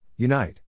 Unite